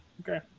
Okay